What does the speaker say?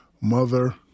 mother